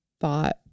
thought